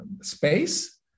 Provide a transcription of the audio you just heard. space